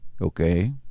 Okay